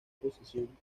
posición